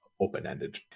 open-ended